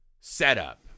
setup